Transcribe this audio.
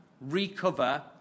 recover